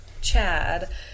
Chad